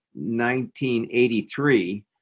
1983